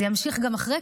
זה ימשיך גם אחרי,